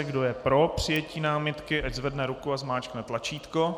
Kdo je pro přijetí námitky, ať zvedne ruku a zmáčkne tlačítko.